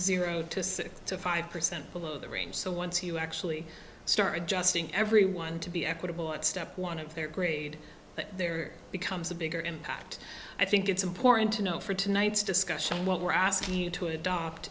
zero to six to five percent below the range so once you actually start adjusting everyone to be equitable at step one of their grade that there becomes a bigger impact i think it's important to note for tonight's discussion what we're asking you to adopt